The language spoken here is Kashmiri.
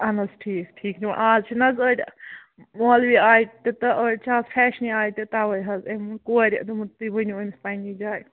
اَہَن حظ ٹھیٖک ٹھیٖک نِوان اَز چھِ نہَ حظ أڑۍ مولوی آیہِ تہِ تہٕ أڑۍ چھِ اَز فَیٚشنِی آیہِ تہِ تَوَے حظ یِم یِم کورِ دوٚپمُت تُہۍ ؤنِو أمِس پنٕنہِ جایہِ